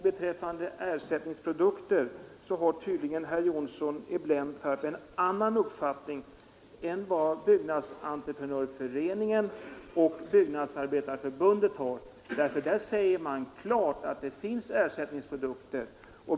Beträffande ersättningsprodukter har tydligen herr Johnsson i Blentarp en annan uppfattning än vad Byggnadsentreprenörföreningen och Byggnadsarbetareförbundet har. Där säger man klart att det finns ersättningsprodukter.